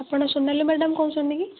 ଆପଣ ସୋନାଲୀ ମ୍ୟାଡ଼ାମ୍ କହୁଛନ୍ତି କି